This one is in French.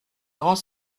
grand